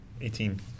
18